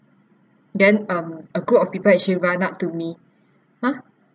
then um a group of people actually run up to me !huh!